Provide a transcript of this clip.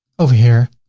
over here,